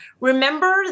Remember